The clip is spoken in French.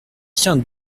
tient